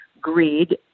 greed